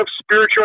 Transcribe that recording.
spiritual